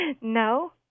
No